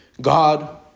God